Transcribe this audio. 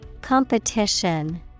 Competition